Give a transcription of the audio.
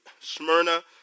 Smyrna